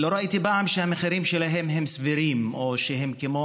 לא ראיתי פעם שהמחירים שלהם הם סבירים או הם כמו